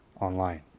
online